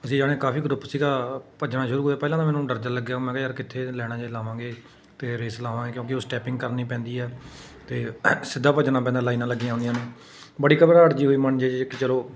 ਅਸੀਂ ਜਾਣੀ ਕਾਫ਼ੀ ਗਰੁੱਪ ਸੀਗਾ ਭੱਜਣਾ ਸ਼ੁਰੂ ਹੋਏ ਪਹਿਲਾਂ ਤਾਂ ਮੈਨੂੰ ਡਰ ਜਿਹਾ ਲੱਗਿਆ ਮੈਂ ਕਿਹਾ ਯਾਰ ਕਿੱਥੇ ਲਾਈਨਾਂ 'ਚ ਲਾਵਾਂਗੇ ਅਤੇ ਰੇਸ ਲਗਾਵਾਂਗੇ ਕਿਉਂਕਿ ਉਹ ਸਟੈਪਿੰਗ ਕਰਨੀ ਪੈਂਦੀ ਆ ਅਤੇ ਸਿੱਧਾ ਭੱਜਣਾ ਪੈਂਦਾ ਲਾਈਨਾਂ ਲੱਗੀਆਂ ਹੁੰਦੀਆਂ ਨੇ ਬੜੀ ਘਬਰਾਹਟ ਜਿਹੀ ਹੋਈ ਮਨ ਜਿਹੇ 'ਚ ਇੱਕ ਚਲੋ